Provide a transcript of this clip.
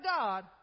God